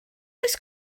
oes